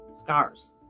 scars